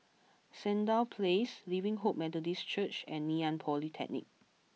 Sandown Place Living Hope Methodist Church and Ngee Ann Polytechnic